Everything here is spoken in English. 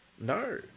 No